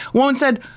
one one said,